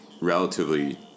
relatively